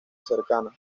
cercana